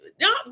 no